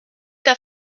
der